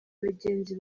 bagenzi